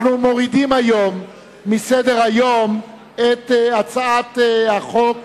אנחנו מסירים היום מסדר-היום את הצעת חוק